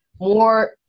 more